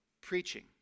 preaching